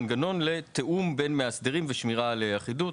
מנגנון לתיאום בין מאסדרים ושמירה על אחידות.